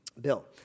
Bill